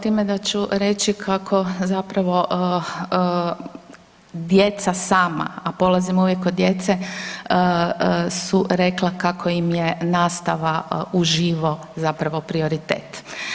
Time da ću reći kako zapravo djeca sama, a polazim uvijek od djece, su rekla kako im je nastava u živo zapravo prioritet.